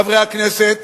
חברי הכנסת,